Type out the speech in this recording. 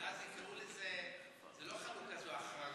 אבל אז יקראו לזה, זה לא חלוקה, זה החרגה.